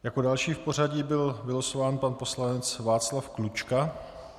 Jako další v pořadí byl vylosován pan poslanec Václav Klučka.